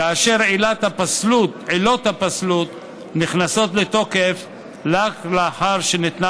כאשר עילות הפסלות נכנסות לתוקף רק לאחר שניתנה